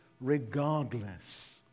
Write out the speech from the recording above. regardless